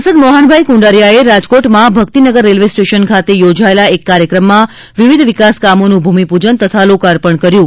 સાંસદ મોહનભાઈ કુંડારીયાએ રાજકોટમાં ભક્તિનગર રેલવે સ્ટેશન ખાતે યોજાયેલા એક કાર્યક્રમમાં વિવિધ વિકાસ કામોનું ભૂમિપૂજન તથા લોકાર્પણ કર્યું છે